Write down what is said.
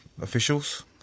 officials